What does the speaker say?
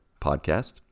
podcast